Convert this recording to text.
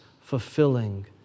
fulfilling